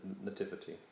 nativity